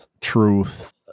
truth